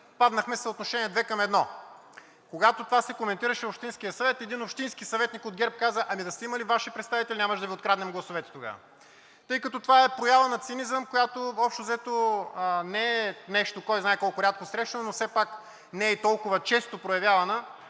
паднахме в съотношение 2 към 1. Когато това се коментираше в Общинския съвет, един общински съветник от ГЕРБ каза: „Ами, да сте имали Ваши представители, нямаше да Ви откраднем гласовете тогава.“ Тъй като това е проява на цинизъм, което общо взето не е нещо кой знае колко рядко срещано, но все пак не е и толкова често проявявана,